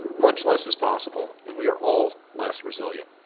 much less is possible and we are all less resilient.